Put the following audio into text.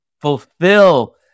fulfill